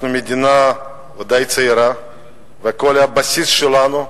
אנחנו מדינה די צעירה וכל הבסיס שלנו,